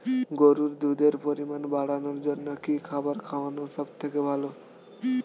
গরুর দুধের পরিমাণ বাড়ানোর জন্য কি খাবার খাওয়ানো সবথেকে ভালো?